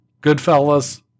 Goodfellas